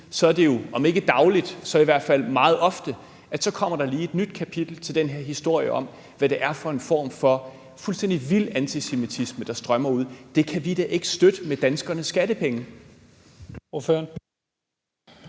er det jo om ikke dagligt så i hvert fald meget ofte, at der så lige kommer et nyt kapitel til i den her historie om, hvad det er for en form for fuldstændig vild antisemitisme, der strømmer ud. Det kan vi da ikke støtte med danskernes skattepenge.